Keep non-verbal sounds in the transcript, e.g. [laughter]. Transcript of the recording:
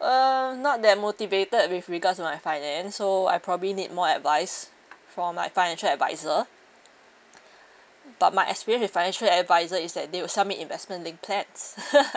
uh not that motivated with regards to my finance so I probably need more advice from my financial adviser but my experience with financial adviser is that they will submit investment link plans [laughs]